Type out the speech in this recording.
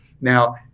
Now